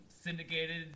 syndicated